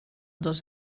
dos